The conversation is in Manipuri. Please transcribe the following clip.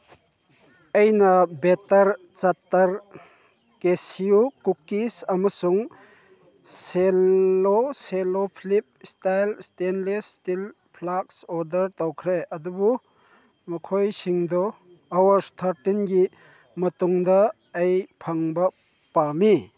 ꯑꯩꯅ ꯕꯦꯠꯇꯔ ꯆꯥꯇꯔ ꯀꯦꯁ꯭ꯌꯨ ꯀꯨꯛꯀꯤꯁ ꯑꯃꯁꯨꯡ cello cello flip style stainless steel flask order ꯇꯧꯈ꯭ꯔꯦ ꯑꯗꯨꯕꯨ ꯃꯈꯣꯏꯁꯤꯡꯗꯣ ꯑꯥꯋꯔ ꯊꯥꯔꯇꯤꯟꯒꯤ ꯃꯇꯨꯡꯗ ꯑꯩ ꯐꯪꯕ ꯄꯥꯝꯃꯤ